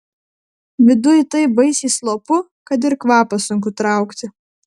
viduj taip baisiai slopu kad ir kvapą sunku traukti